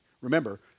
remember